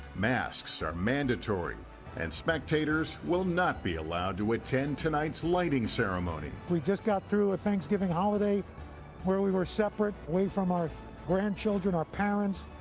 masks are mandatory and spectators will not be allowed to attend tonight's lighting ceremony. we just got through a thanksgiving holiday where we were separate, away from our grandchildren, our parent,